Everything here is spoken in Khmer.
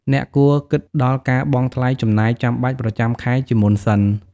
អ្នកគួរគិតដល់ការបង់ថ្លៃចំណាយចាំបាច់ប្រចាំខែជាមុនសិន។